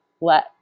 let